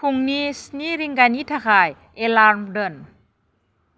फुंनि स्नि रिंगानि थाखाय एलार्म दोन